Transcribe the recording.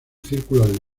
círculos